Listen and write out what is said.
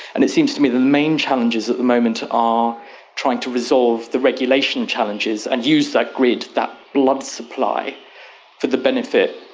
and it seems to me the main challenges at the moment are trying to resolve the regulation challenges and use that grid, that blood supply for the benefit,